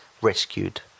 rescued